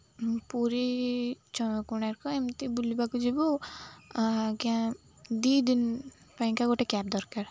ପୁରୀ କୋଣାର୍କ ଏମିତି ବୁଲିବାକୁ ଯିବୁ ଆଜ୍ଞା ଦୁଇ ଦିନ ପାଇଁକା ଗୋଟେ କ୍ୟାବ୍ ଦରକାର